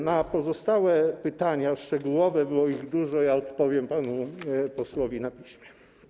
Na pozostałe pytania szczegółowe, a było ich dużo, odpowiem panu posłowi na piśmie.